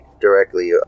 directly